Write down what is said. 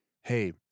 hey